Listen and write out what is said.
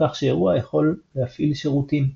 בכך שאירוע יכול להפעיל שירותים.